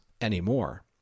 anymore